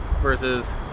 versus